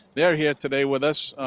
they're here today with us.